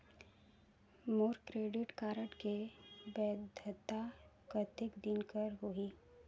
मोर credit card के वैधता कतेक दिन कर होही?